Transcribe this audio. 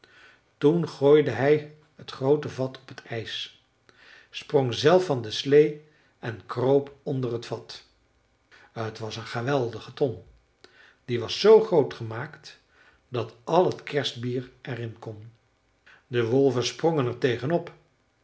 toen gooide hij het groote vat op het ijs sprong zelf van de sleê en kroop onder het vat t was een geweldige ton die was zoo groot gemaakt dat al het kerstbier er in kon de wolven sprongen er tegen